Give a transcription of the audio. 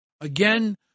Again